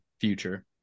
future